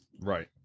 right